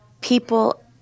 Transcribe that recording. people